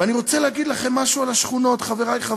ואני רוצה להגיד לכם משהו על השכונות,